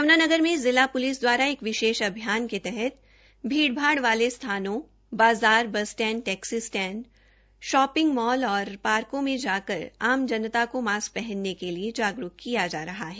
यमुनानगर में जिला पुलिस द्वारा एक विषेष अभियान के तहत भीड़ भाड़ वाले स्थानों बाजार bus stand taxi stand shopping mall और पार्को में जाकर आम जनता को मास्क पहनने के लिए जागरूक किया जा रहा है